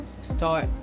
start